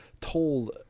told